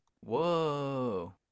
Whoa